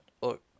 look